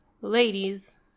ladies